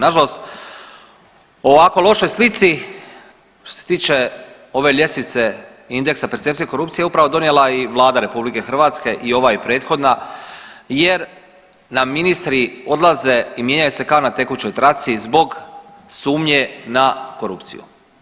Nažalost o ovako lošoj slici što se tiče ove ljestvice indeksa percepcije korupcije upravo je donijela i Vlada RH i ova i prethodna jer nam ministri odlaze i mijenjaju se kao na tekućoj traci zbog sumnje na korupciju.